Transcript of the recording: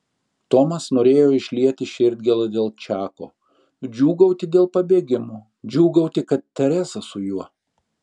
tomas norėjo išlieti širdgėlą dėl čako džiūgauti dėl pabėgimo džiūgauti kad teresa su juo